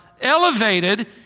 elevated